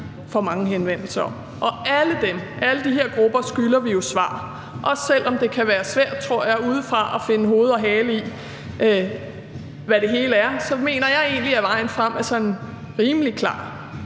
får mange henvendelser om, og alle de her grupper skylder vi jo svar. Også selv om det kan være svært, tror jeg, udefra at finde hoved og hale i, hvad det hele er, så mener jeg egentlig, at vejen frem er sådan rimelig klar.